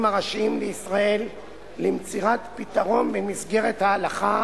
הראשיים לישראל למציאת פתרון במסגרת ההלכה